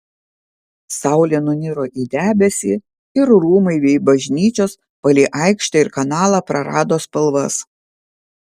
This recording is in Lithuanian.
saulė nuniro į debesį ir rūmai bei bažnyčios palei aikštę ir kanalą prarado spalvas